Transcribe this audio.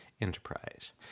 Enterprise